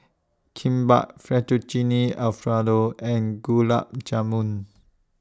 Kimbap Fettuccine Alfredo and Gulab Jamun